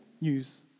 news